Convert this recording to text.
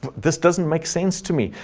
this doesn't make sense to me.